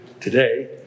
today